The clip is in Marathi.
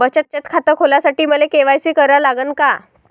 बचत खात खोलासाठी मले के.वाय.सी करा लागन का?